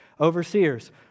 overseers